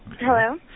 Hello